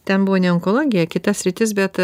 ten buvo ne onkologija kita sritis bet